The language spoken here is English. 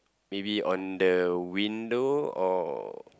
maybe on the window or